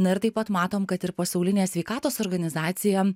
na ir taip pat matom kad ir pasaulinė sveikatos organizacija